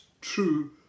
true